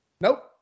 Nope